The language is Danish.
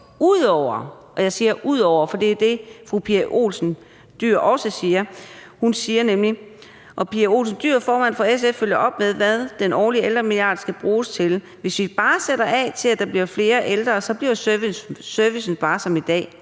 ud over – det, som fru Pia Olsen Dyhr, formand for SF, følger det op med at sige, i forbindelse med hvad den årlige ældremilliard skal bruges til: »Hvis vi bare sætter af til, at der bliver flere ældre, så bliver servicen bare som i dag.